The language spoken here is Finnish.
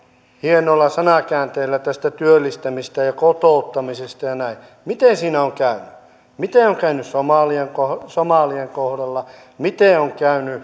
hienoilla sanankäänteillä tästä työllistämisestä ja kotouttamisesta ja näin miten siinä on käynyt miten on käynyt somalien kohdalla miten on käynyt